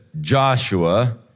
Joshua